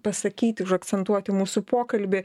pasakyt užakcentuoti mūsų pokalbį